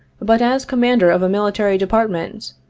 but, as commander of a military department,